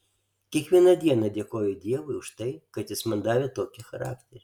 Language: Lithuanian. kiekvieną dieną dėkoju dievui už tai kad jis man davė tokį charakterį